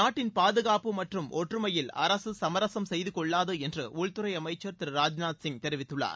நாட்டின் பாதுகாப்பு மற்றும் ஒற்றுமையில் அரசு சமரசம் செய்தகொள்ளாது என்று உள்துறை அமைச்சர் திரு ராஜ்நாத் சிங் தெரிவித்துள்ளார்